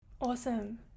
Awesome